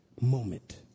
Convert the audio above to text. moment